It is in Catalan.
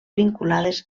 vinculades